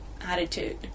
attitude